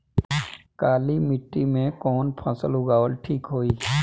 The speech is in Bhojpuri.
काली मिट्टी में कवन फसल उगावल ठीक होई?